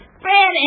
Fred